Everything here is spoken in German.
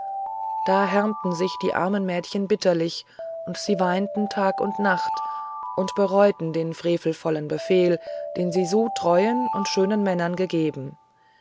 da härmten sich die armen mädchen bitterlich und sie weinten tag und nacht und bereuten den frevelvollen befehl den sie so treuen und schönen männern gegeben